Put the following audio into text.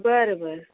बरं बरं